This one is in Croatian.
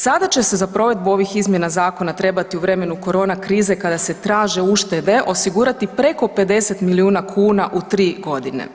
Sada će se za provedbu ovih izmjena zakona trebati u vremenu korona krize kada se traže uštede osigurati preko 50 milijuna kuna u 3 godine.